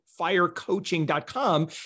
firecoaching.com